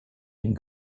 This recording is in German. dem